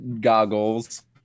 goggles